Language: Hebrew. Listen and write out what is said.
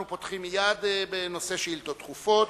אנחנו פותחים מייד בנושא שאילתות דחופות.